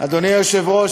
אדוני היושב-ראש,